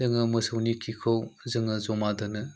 जोङो मोसौनि खिखौ जोङो जमा दोनो